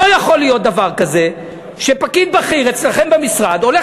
לא יכול להיות דבר כזה שפקיד בכיר אצלכם במשרד הולך